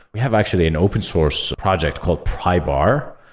we have actually an open source project called prybar.